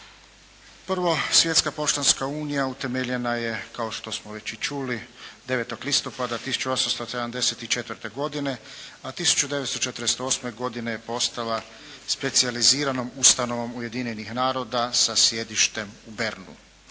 Prvo Svjetska poštanska unija utemeljena je kao što smo već i čuli 9. listopada 1874. godine, a 1948. godine je postala specijaliziranom ustanovom Ujedinjenih naroda sa sjedištem u Bernu.